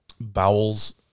bowels